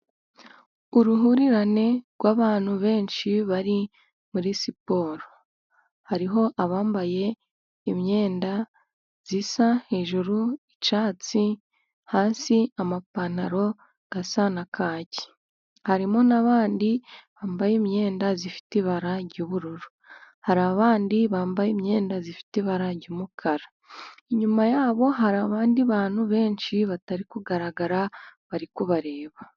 Uruhurirane rw' abana benshi bari muri siporo, hariho abambaye imyenda zisa hejuru, icyatsi hasi amapantaro asa na kaki, harimo n' abandi bambaye imyenda zifite ibara ry' ubururu, hari abandi bambaye imyenda zifite ibara ry'umukara, inyuma yabo hari abandi bantu benshi batari kugaragara barikureba.